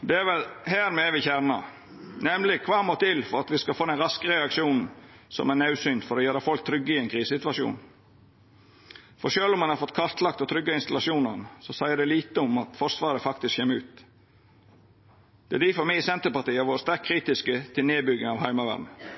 Det er vel her me er ved kjernen – nemleg: Kva må til for at me skal få den raske reaksjonen som er naudsynt for å gjera folk trygge i ein krisesituasjon? Sjølv om ein har fått kartlagt og tryggja installasjonane, seier det lite om Forsvaret faktisk kjem ut. Det er difor me i Senterpartiet har vore sterkt kritiske til nedbygginga av Heimevernet.